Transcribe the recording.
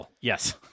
yes